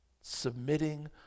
Submitting